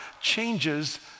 changes